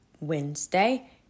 Wednesday